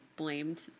blamed